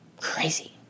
crazy